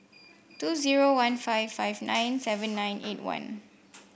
two zero one five five nine seven nine eight one